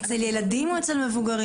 אצל ילדים, או אצל מבוגרים?